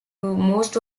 most